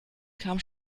kam